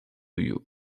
you